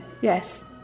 Yes